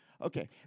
Okay